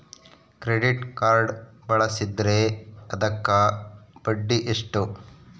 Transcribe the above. Credit card ಬಳಸಿದ್ರೇ ಅದಕ್ಕ ಬಡ್ಡಿ ಎಷ್ಟು?